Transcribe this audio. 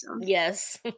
Yes